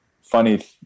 funny